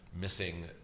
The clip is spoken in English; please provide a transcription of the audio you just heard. missing